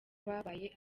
babaye